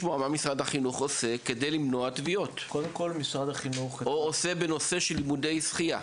רוצה כדי למנוע טביעות או מה הוא עושה בנושא של לימודי שחייה.